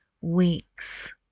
weeks